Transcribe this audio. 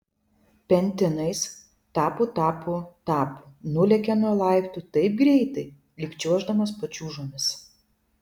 pentinais tapu tapu tapu nulėkė nuo laiptų taip greitai lyg čiuoždamas pačiūžomis